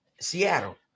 Seattle